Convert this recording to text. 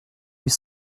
huit